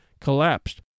collapsed